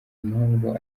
impamvu